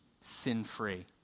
sin-free